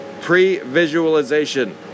Pre-visualization